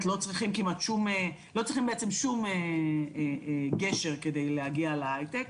לא צריכים בעצם שום גשר כדי להגיע להייטק,